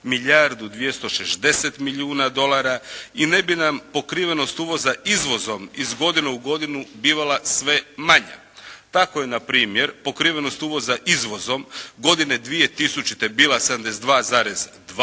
milijardu 260 milijuna dolara i ne bi nam pokrivenost uvoza izvozom iz godine u godinu bivala sve manje. Tako je na primjer pokrivenost uvoza izvozom godine 2000. bila 72,2%,